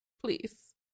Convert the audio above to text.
Please